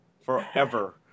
Forever